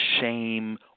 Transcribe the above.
shame